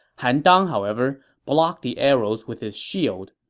han dang, however, blocked the arrows with his shield.